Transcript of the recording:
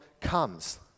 comes